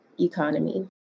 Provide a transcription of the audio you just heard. economy